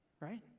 right